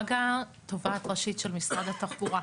תובעת ראשית של משרד התחבורה.